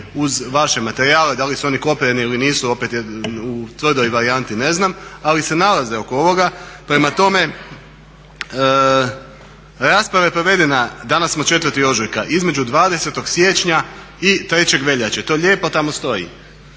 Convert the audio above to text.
uz vaše materijale, da li su oni kopirani ili nisu opet ja u tvrdoj varijanti ne znam, ali se nalaze oko ovoga. Prema tome, rasprava je provedena, danas je 4. ožujka, između 20. siječnja i 3. veljače, to lijepo tamo stoji.